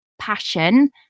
passion